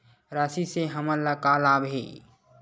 राशि से हमन ला का लाभ हे?